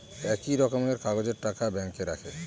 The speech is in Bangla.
একই রকমের কাগজের টাকা ব্যাঙ্কে রাখে